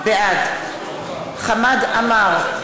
בעד חמד עמאר,